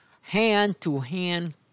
hand-to-hand